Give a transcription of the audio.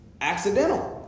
Accidental